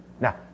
Now